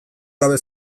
gabe